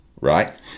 Right